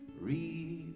Read